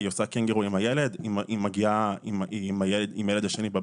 היא עושה קנגורו עם הילד, היא מגיעה עם הילד השני.